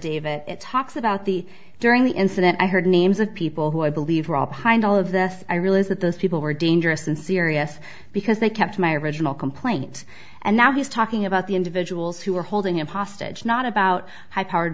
davit it talks about the during the incident i heard names of people who i believe we're all behind all of this i realized that those people were dangerous and serious because they kept my original complaint and now he's talking about the individuals who were holding him hostage not about high powered